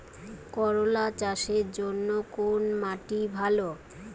করলা চাষের জন্য কোন মাটি ভালো?